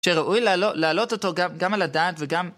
שראוי לעלות אותו גם על הדעת וגם...